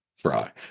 fry